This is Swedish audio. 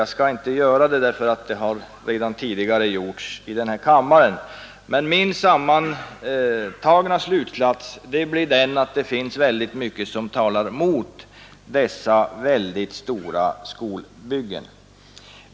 Jag skall inte göra det därför att det redan tidigare gjorts i den här kammaren. Men min sammantagna slutsats blir den, att det finns väldigt mycket som talar mot dessa stora skolbyggen.